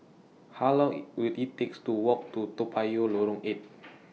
How Long IT Will IT takes to Walk to Toa Payoh Lorong eight